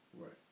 Right